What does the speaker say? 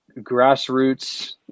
grassroots